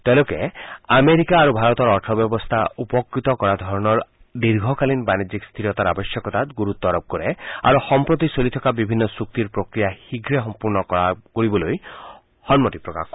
তেওঁলোকে আমেৰিকা আৰু ভাৰতৰ অৰ্থব্যৱস্থা উপকৃত কৰা ধৰণৰ দীৰ্ঘকালীন বাণিজ্যিক স্থিৰতাৰ আৱশ্যকতাত গুৰুত্ব আৰোপ কৰে আৰু সম্প্ৰতি চলি থকা বিভিন্ন চুক্তিৰ প্ৰক্ৰিয়া শীঘে সম্পূৰ্ণ কৰিবলৈ সন্মতি প্ৰকাশ কৰে